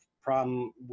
problem